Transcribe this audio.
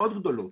מאוד גדולות.